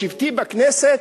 בשבתי בכנסת,